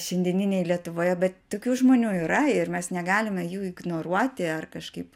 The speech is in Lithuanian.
šiandieninėj lietuvoje bet tokių žmonių yra ir mes negalime jų ignoruoti ar kažkaip